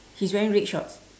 he's wearing red shorts